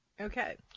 Okay